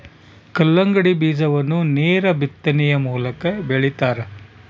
ಕಲ್ಲಂಗಡಿ ಬೀಜವನ್ನು ನೇರ ಬಿತ್ತನೆಯ ಮೂಲಕ ಬೆಳಿತಾರ